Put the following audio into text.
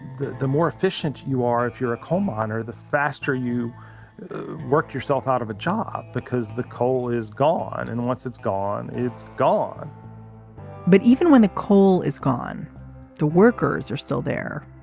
the the more efficient you are if you're a coal miner the faster you work yourself out of a job because the coal is gone. and once it's gone it's gone but even when the coal is gone the workers are still there.